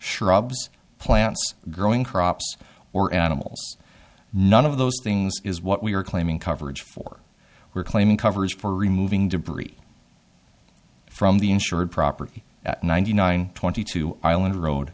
shrubs plants growing crops or animals none of those things is what we are claiming coverage for were claiming coverage for removing debris from the insured property at ninety nine twenty two island road